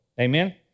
Amen